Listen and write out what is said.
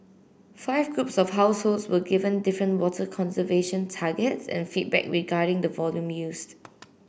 five groups of households were given different water conservation targets and feedback regarding the volume used